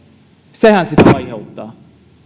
sehän sitä